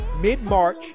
mid-March